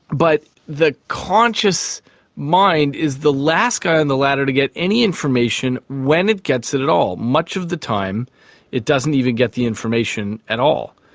but the conscious mind is the last guy on and the ladder to get any information when it gets it at all. much of the time it doesn't even get the information at all.